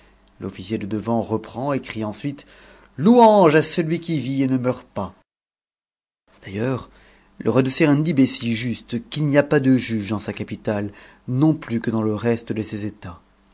l'omcier de devant reprend et crie ensuite louange celui qui vit et ne meurt pas o d'ailleurs le roi de serendib est si juste qu'il n'y a pas de juges dans sa capitale non plus que dans le reste de ses états